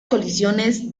colisiones